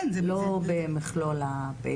ולא במכלול הפעילות של הרשות.